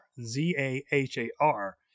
Z-A-H-A-R